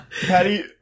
Patty